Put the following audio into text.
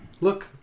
look